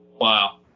Wow